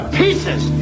pieces